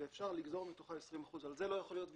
אפשר לגזור מתוכה 20%. על זה לא יכול להיות ויכוח.